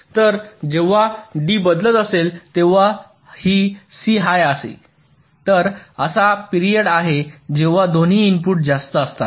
तर जेव्हा D बदलत असेल तेव्हा ही C हाय आहे तर असा पिरिअड आहे जेव्हा दोन्ही इनपुट जास्त असतात